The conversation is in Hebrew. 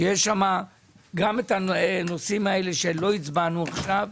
שיש בו גם את הנושאים שלא הצבענו עליהם עכשיו.